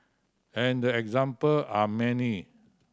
and the example are many